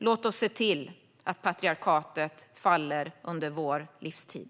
Låt oss se till att patriarkatet faller under vår livstid!